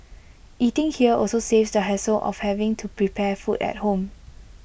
eating here also saves the hassle of having to prepare food at home